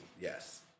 Yes